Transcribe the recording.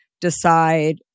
decide